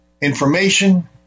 information